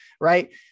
right